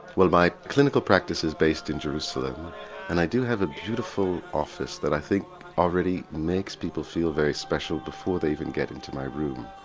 well my clinical practice is based in jerusalem and i do have a beautiful office that i think already makes people feel very special before they even get into my room.